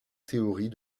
théorie